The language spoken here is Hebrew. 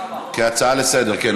הצעה לסדר-היום,